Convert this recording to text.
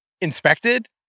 inspected